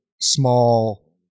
small